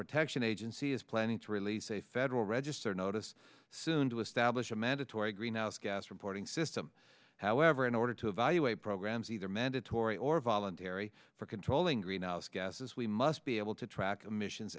protection agency is planning to release a federal register notice soon to establish a mandatory greenhouse gas reporting system however in order to evaluate programs either mandatory or voluntary for controlling greenhouse gases we must be able to track emissions